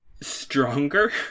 stronger